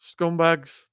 scumbags